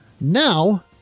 Now